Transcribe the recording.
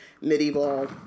medieval